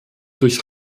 durch